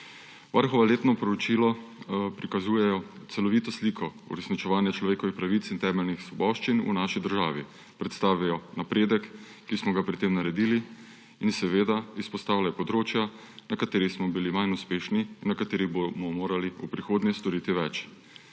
Varuhovo letno poročilo prikazujejo celovito sliko uresničevanja človekovih pravic in temeljnih svoboščin v naši državi, predstavi napredek, ki smo ga pri tem naredili, in seveda izpostavlja področja, na katerih smo bili manj uspešni, na katerih bomo morali v prihodnje storiti več.